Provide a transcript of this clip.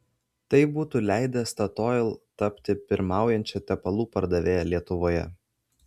tai būtų leidę statoil tapti pirmaujančia tepalų pardavėja lietuvoje